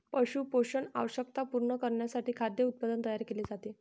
पशु पोषण आवश्यकता पूर्ण करण्यासाठी खाद्य उत्पादन तयार केले जाते